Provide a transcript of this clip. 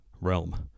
realm